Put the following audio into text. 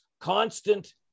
constant